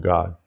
God